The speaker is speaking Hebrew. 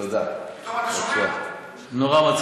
נורא מצחיק.